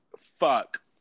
Fuck